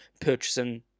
purchasing